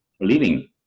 living